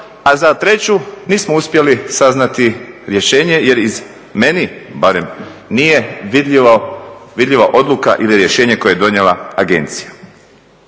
a za treću nismo uspjeli saznati rješenje jer iz meni barem nije vidljiva odluka ili rješenje koje je donijela agencija.